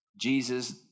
Jesus